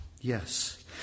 Yes